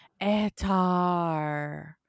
Etar